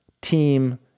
team